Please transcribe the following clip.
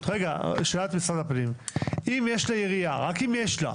רק אם יש לה,